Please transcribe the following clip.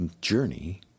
journey